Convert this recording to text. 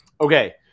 okay